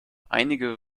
einige